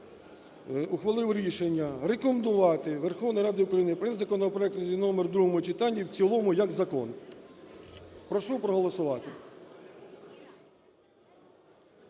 ухвалив рішення рекомендувати Верховній Раді України прийняти законопроект, реєстраційний номер, в другому читанні і в цілому як закон. Прошу проголосувати.